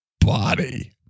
body